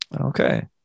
Okay